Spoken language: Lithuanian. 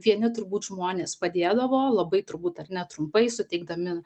vieni turbūt žmonės padėdavo labai turbūt ar ne trumpai suteikdami